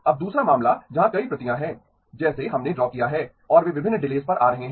अब दूसरा मामला जहां कई प्रतियाँ हैं जैसे हमने ड्रा किया है और वे विभिन्न डिलेस पर आ रहे हैं